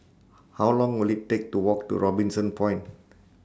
How Long Will IT Take to Walk to Robinson Point